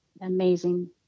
amazing